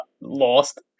lost